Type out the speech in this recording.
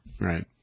Right